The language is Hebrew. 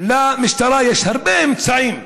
שלמשטרה יש הרבה אמצעים.